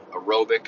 aerobic